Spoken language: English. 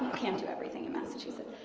can't do everything in massachusetts.